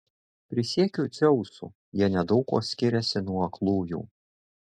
prisiekiu dzeusu jie nedaug kuo skiriasi nuo aklųjų